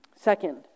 Second